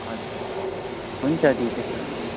हजुर हुन्छ दिदी त्यसो भने